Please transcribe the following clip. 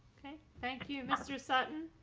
thank you, mr. sutton.